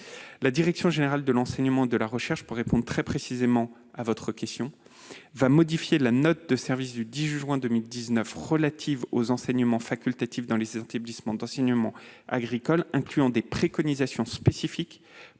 La direction générale de l'enseignement et de la recherche va modifier la note de service du 18 juin 2019 relative aux enseignements facultatifs dans les établissements d'enseignement agricole, incluant des préconisations spécifiques